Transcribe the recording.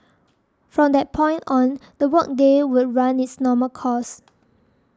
from that point on the work day would run its normal course